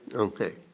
okay.